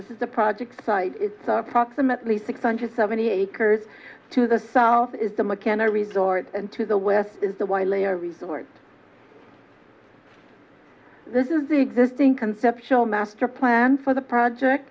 this is the project site approximately six hundred seventy acres to the south is the mccann a resort and to the west is the y layer resort this is the existing conceptual master plan for the project